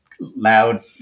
loud